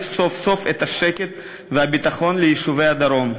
סוף-סוף את השקט והביטחון ליישובי הדרום.